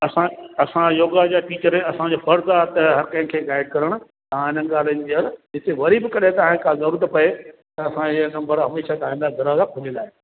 असां असां योगा जा टीचर आहियूं असांजो फर्ज़ु आहे त हर कंहिंखे गाईड करणु तव्हां इन्हनि ॻाल्हियुनि जा इते वरी बि कॾहिं तव्हां खे का ज़रूरत पए त असांजो हीउ नंबर हमेशह तव्हां जे लाइ दरवाज़ा खुलियल आहिनि हा थैंक यू